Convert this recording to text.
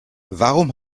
warum